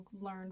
learn